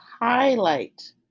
highlight